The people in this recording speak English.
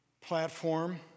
platform